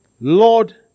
Lord